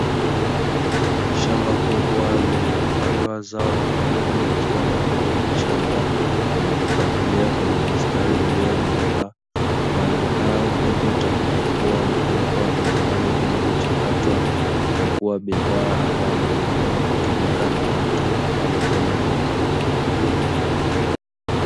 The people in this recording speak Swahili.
Shamba kubwa lililopandwa zao la mahindi yakiwa bado ni machanga, yamejipangilia kwenye mistari iliyonyooka. Mahindi hayo pindi yatakapokua, hupelekwa viwandani ili kuchakatwa na kuwa bidhaa itakayotumiwa na watu kama vile unga.